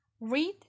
read